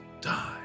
die